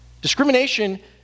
Discrimination